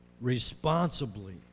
responsibly